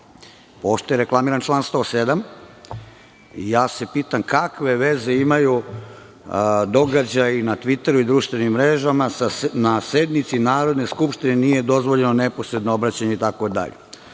lica.“Pošto je reklamiran član 107. pitam se kakve veze imaju događaji na tviteru i društvenim mrežama i „na sednici Narodne skupštine nije dozvoljeno neposredno obraćanje“